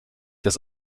das